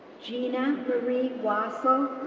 gina marie wassell,